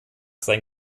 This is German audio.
sein